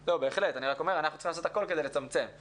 בהחלט, ואנחנו צריכים לעשות הכול לצמצמם את זה.